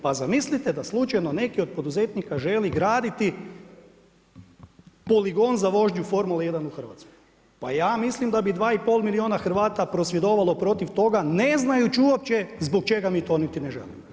Pa zamislite da neki od poduzetnika želi graditi poligon za vožnju Formule 1 u Hrvatskoj, pa ja mislim da bi 2,5 milijuna Hrvata prosvjedovalo protiv toga ne znajuć uopće zbog čega mi to niti ne želimo.